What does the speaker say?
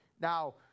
Now